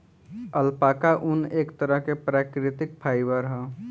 alpaca ऊन, एक तरह के प्राकृतिक फाइबर ह